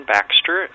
Baxter